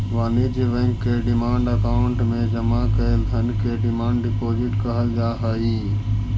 वाणिज्य बैंक के demand account में जमा कैल धन के डिमांड डिपॉजिट कहल जा हई